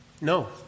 No